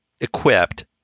equipped